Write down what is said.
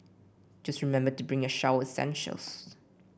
just remember to bring your shower essentials